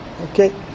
Okay